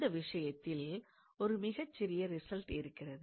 இந்த விஷயத்தில் ஒரு மிகச்சிறிய ரிசல்ட் இருக்கிறது